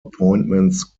appointments